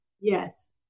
Yes